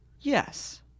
Yes